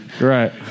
right